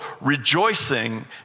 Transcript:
rejoicing